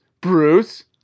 Bruce